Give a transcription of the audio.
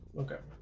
okay?